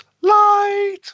Light